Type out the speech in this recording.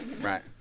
Right